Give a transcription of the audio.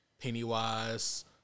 Pennywise